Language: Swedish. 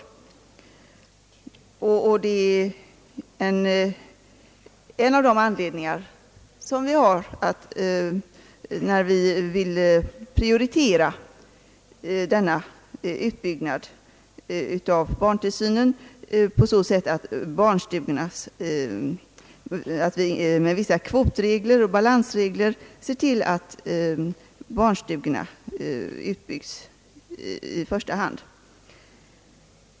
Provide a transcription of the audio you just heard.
Det är en av anledningarna till att vi vill prioritera denna utbyggnad av barntillsynen på så sätt att barnstugorna genom vissa kvotregler och balansregler i första hand utbyggs.